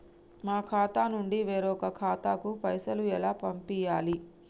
మా ఖాతా నుండి వేరొక ఖాతాకు పైసలు ఎలా పంపియ్యాలి?